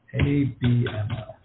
ABML